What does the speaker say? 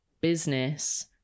business